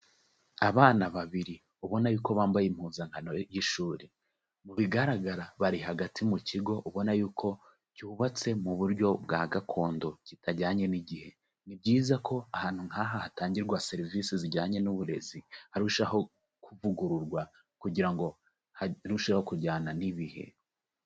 Abana babiri ubona yuko ko bambaye impuzankano y'ishuri, mu bigaragara bari hagati mu kigo ubona yuko cyubatse mu buryo bwa gakondo kitajyanye n'igihe. Ni byiza ko ahantu nk'aha hatangirwa serivisi zijyanye n'uburezi, harushaho kuvugururwa kugira ngo harusheho kujyana n'ibihe.